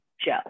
joe